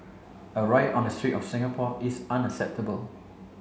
a riot on the street of Singapore is unacceptable